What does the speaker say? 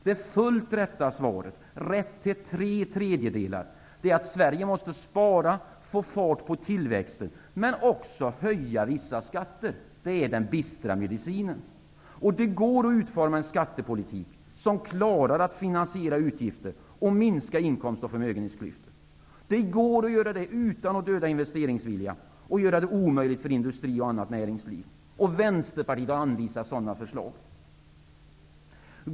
Det fullt rätta svaret, rätt till tre tredjedelar, är att Sverige måste spara, få fart på tillväxten, men också höja vissa skatter. Det är den bistra medicinen. Det går att utforma en skattepolitik som klarar att finansiera utgifter och minska inkomst och förmögenhetsklyftorna. Det går att göra det utan att döda investeringsviljan och göra det omöjligt för industri och annat näringsliv. Vänsterpartiet har anvisat sådana förslag.